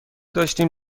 داشتیم